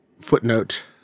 footnote